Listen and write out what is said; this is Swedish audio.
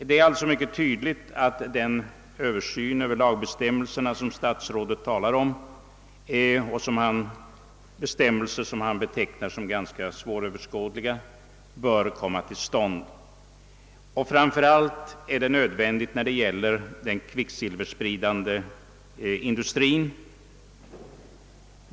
Det är alltså mycket tydligt att den översyn av lagbestämmelserna som statsrådet talar om — lagbestämmelser som han betecknar som ganska svåröverskådliga — bör komma till stånd. Framför allt är det nödvändigt när det gäller den kvicksilverspridande industrin.